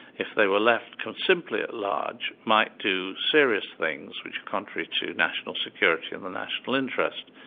if they were left simply at large, might do serious things which are contrary to national security and the national interest.